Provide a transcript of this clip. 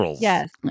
yes